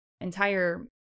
entire